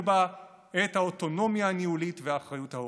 בה את האוטונומיה הניהולית והאחריות ההורית.